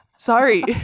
Sorry